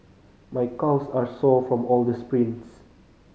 my calves are sore from all the sprints